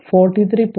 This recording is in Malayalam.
74 43